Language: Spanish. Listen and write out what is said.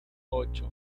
ocho